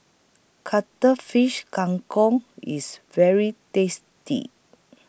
Cuttlefish Kang Kong IS very tasty